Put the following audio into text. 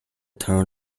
term